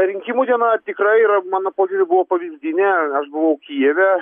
rinkimų diena tikrai yra mano požiūriu buvo pavyzdinė aš buvau kijeve